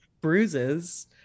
bruises